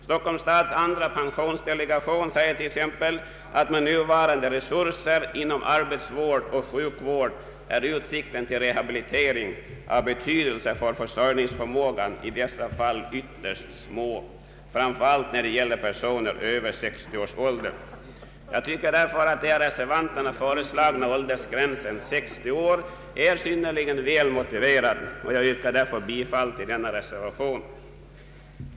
Stockholms stads andra pensionsdelegation säger t.ex. att utsikterna till rehabilitering av betydelse för försörjningsförmågan med nuvarande resurser inom arbetsvård och sjukvård i dessa fall är ytterst små, framför allt när det gäller personer över 60 års ålder. Jag tycker därför att den av reservanterna föreslagna åldersgränsen på 60 år är synnerligen väl motiverad, och jag yrkar bifall till denna reservation.